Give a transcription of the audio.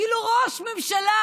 כאילו, ראש ממשלה